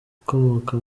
ukomoka